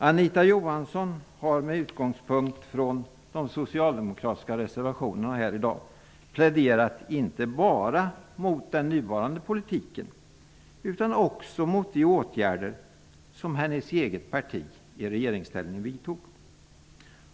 Anita Johansson har med utgångspunkt från de socialdemokratiska reservationerna pläderat inte bara mot den nuvarande politiken utan också mot de åtgärder som hennes eget parti i regeringsställning vidtog.